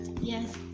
Yes